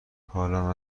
حالم